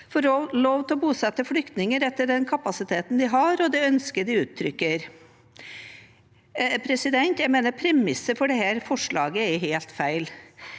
få lov til å bosette flyktninger etter den kapasiteten de har, og det ønsket de uttrykker.» Jeg mener premisset for dette forslaget er helt feil.